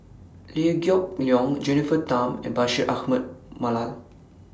Liew Geok Leong Jennifer Tham and Bashir Ahmad Mallal